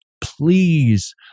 please